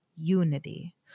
unity